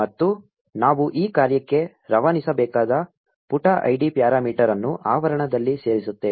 ಮತ್ತು ನಾವು ಈ ಕಾರ್ಯಕ್ಕೆ ರವಾನಿಸಬೇಕಾದ ಪುಟ ಐಡಿ ಪ್ಯಾರಾಮೀಟರ್ ಅನ್ನು ಆವರಣದಲ್ಲಿ ಸೇರಿಸುತ್ತೇವೆ